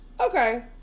Okay